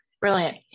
brilliant